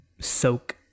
soak